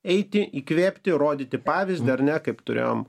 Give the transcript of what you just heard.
eiti įkvėpti rodyti pavyzdį ar ne kaip turėjom